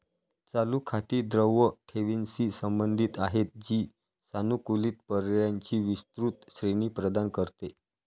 चालू खाती द्रव ठेवींशी संबंधित आहेत, जी सानुकूलित पर्यायांची विस्तृत श्रेणी प्रदान करते